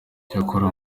cyakora